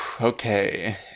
okay